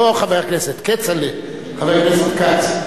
לא חבר הכנסת כצל'ה, חבר הכנסת כץ.